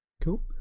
cool